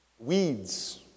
Weeds